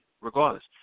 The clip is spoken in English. Regardless